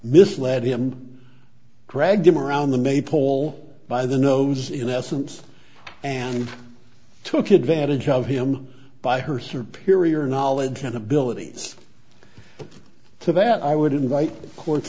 misled him dragged him around the maypole by the nose in essence and took advantage of him by her sir peter your knowledge and abilities to that i would invite cour